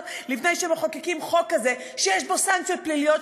לפני שמחוקקים חוק כזה שיש בו סנקציות פליליות,